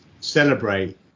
celebrate